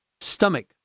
Stomach